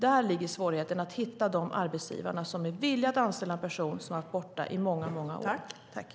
Där ligger svårigheten att hitta de arbetsgivare som är villiga att anställa en person som har varit borta från arbetsmarknaden i många, många år.